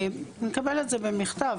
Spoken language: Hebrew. נקבל את זה במכתב.